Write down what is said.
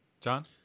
John